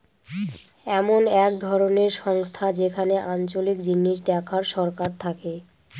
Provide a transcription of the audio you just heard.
এমন এক ধরনের সংস্থা যেখানে আঞ্চলিক জিনিস দেখার সরকার থাকে